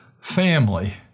family